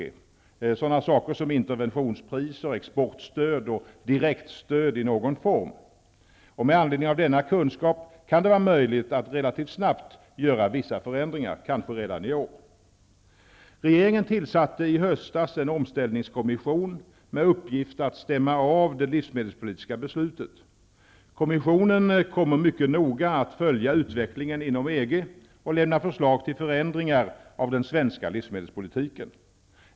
Det är sådana saker som interventionspriser, exportstöd och direktstöd i någon form. Med anledning av denna kunskap kan det vara möjligt att relativt snabbt göra vissa förändringar, kanske redan i år. Regeringen tillsatte i höstas en omställningskommission med uppgift att stämma av det livsmedelspolitiska beslutet. Kommissionen kommer mycket noga att följa utvecklingen inom EG och lämna förslag till förändringar av den svenska livsmedelspolitiken.